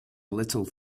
little